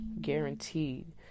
guaranteed